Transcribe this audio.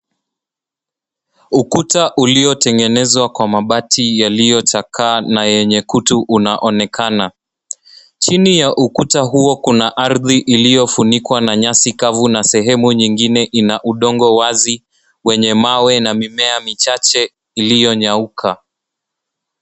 Ukuta uliotengenezwa kwa mabati yaliyochakaa na yenye kutu unaonekana. Chini ya ukuta huo kuna ardhi iliyofunikwa na nyasi kavu na sehemu nyingine ina udongo wazi, wenye mawe na mimea michache iliyonyauka.